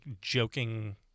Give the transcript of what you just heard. joking